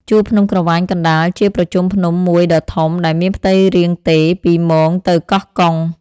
ជួរភ្នំក្រវាញកណ្តាល ជាប្រជុំភ្នំមួយដ៏ធំ ដែលមានផ្ទៃរាងទេរ ពីមោងទៅកោះកុង ។